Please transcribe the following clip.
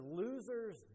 losers